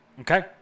Okay